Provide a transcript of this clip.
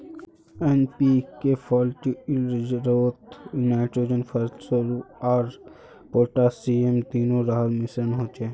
NPK फ़र्टिलाइज़रोत nitrogen, phosphorus आर potassium तीनो रहार मिश्रण होचे